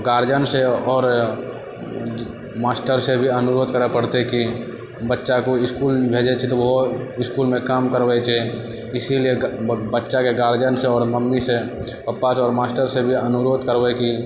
गार्जियनसँ आओर मास्टरसँ भी अनुरोध करै पड़तै की बच्चा को इसकुल भेजै छै तऽ ओहो इसकुलमे काम करबै छै इसीलिए बच्चाके गार्जियनसँ आओर मम्मीसँ पप्पासँ आओर मास्टरसँ भी अनुरोध करबै की